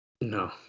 No